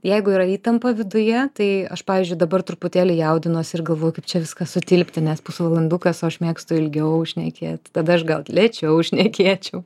jeigu yra įtampa viduje tai aš pavyzdžiui dabar truputėlį jaudinuosi ir galvoju kaip čia viskas sutilpti nes pusvalandukas o aš mėgstu ilgiau šnekėt tada aš gal lėčiau šnekėčiau